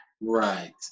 Right